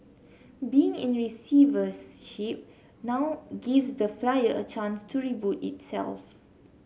being in receivership now gives the flyer a chance to reboot itself